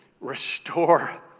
Restore